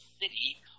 city